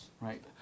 right